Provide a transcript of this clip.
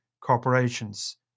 Corporations